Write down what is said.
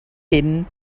din